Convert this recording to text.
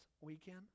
weekend